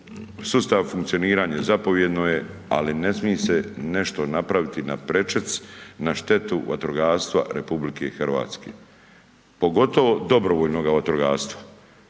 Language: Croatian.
Sustav funkcioniranja zapovjedno je ali ne smije se nešto napraviti na prečac, na štetu vatrogastva RH, pogotovo dobrovoljnoga vatrogastva.